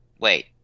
Wait